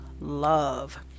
love